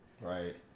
Right